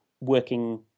working